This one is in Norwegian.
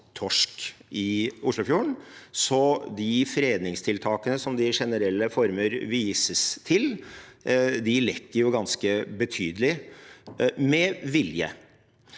i Oslofjorden. Så de fredningstiltakene som det i generelle former vises til, lekker ganske betydelig – med vilje.